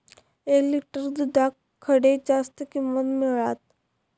एक लिटर दूधाक खडे जास्त किंमत मिळात?